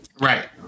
right